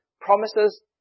promises